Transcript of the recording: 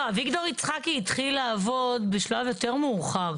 לא, אביגדור יצחקי התחיל לעבוד בשלב יותר מאוחר.